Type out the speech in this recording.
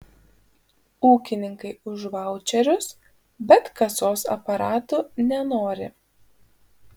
ūkininkai už vaučerius bet kasos aparatų nenori